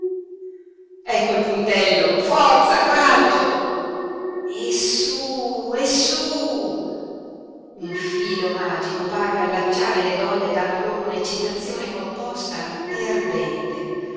ecco il puntello forza coraggio e su e su un filo magico parve allacciare le donne dando loro un'eccitazione composta e ardente